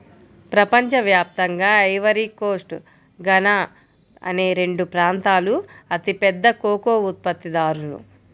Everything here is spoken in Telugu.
ప్రపంచ వ్యాప్తంగా ఐవరీ కోస్ట్, ఘనా అనే రెండు ప్రాంతాలూ అతిపెద్ద కోకో ఉత్పత్తిదారులు